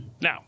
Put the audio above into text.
Now